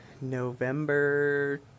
November